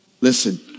listen